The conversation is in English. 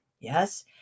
yes